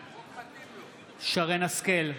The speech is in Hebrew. בעד שרן מרים השכל,